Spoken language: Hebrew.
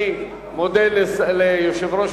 אני מודה ליושב-ראש